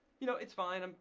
you know it's fine. um